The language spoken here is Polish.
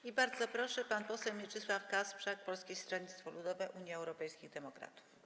I bardzo proszę, pan poseł Mieczysław Kasprzak, Polskie Stronnictwo Ludowe - Unia Europejskich Demokratów.